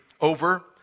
over